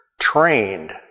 trained